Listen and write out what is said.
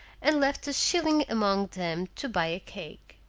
and left a shilling among them to buy a cake.